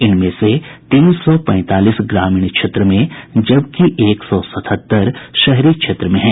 इनमें से तीन सौ पैंतालीस ग्रामीण क्षेत्र में जबकि एक सौ सतहत्तर शहरी क्षेत्र में हैं